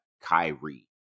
Kyrie